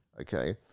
Okay